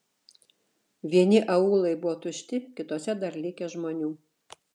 vieni aūlai buvo tušti kituose dar likę žmonių